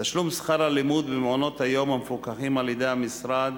תשלום שכר הלימוד במעונות-היום המפוקחים על-ידי המשרד